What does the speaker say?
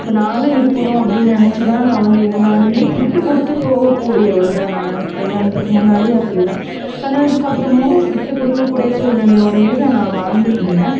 இப்போ நானெலாம் இருக்கணும் அப்படின்னு நினச்சிதான் நான் வந்து எதுன்னாலும் விட்டு கொடுத்து போகக்கூடியவள் தான் நான் கல்யாணத்துக்கு முன்னாடியே அப்படிதான் கல்யாணத்துக்கு அப்புறமும் விட்டு கொடுக்கக்கூடிய சூழ்நிலையோடையே தான் நான் வாழ்ந்துட்டுருந்தேன்